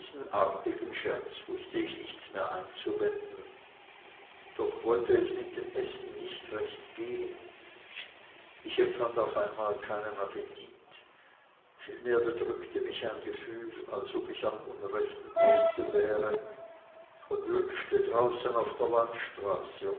artigen scherz wußte ich nichts mehr einzuwenden doch wollte es mit dem essen nicht recht gehen ich empfand auf einmal keinen appetit vielmehr bedrückte mich ein gefühl als ob ich am unrechten orte wäre und wünschte draußen auf der landstraße